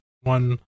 one